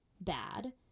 bad